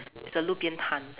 it's a 路边摊